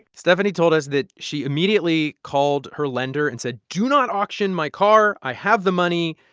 stephanie told us that she immediately called her lender and said, do not auction my car i have the money.